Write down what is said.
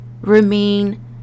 remain